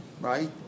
right